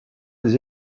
des